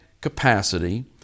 capacity